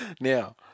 Now